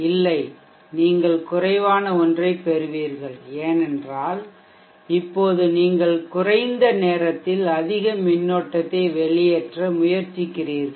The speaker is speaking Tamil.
இல்லை நீங்கள் குறைவான ஒன்றைப் பெறுவீர்கள் ஏனென்றால் இப்போது நீங்கள் குறைந்த நேரத்தில் அதிக மின்னோட்டத்தை வெளியேற்ற முயற்சிக்கிறீர்கள்